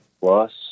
Plus